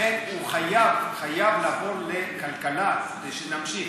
לכן הוא חייב לעבור לכלכלה, כדי שנמשיך.